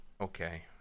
Okay